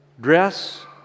dress